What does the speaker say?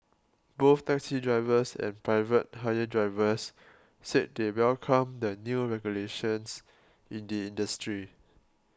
both taxi drivers and private hire drivers said they welcome the new regulations in the industry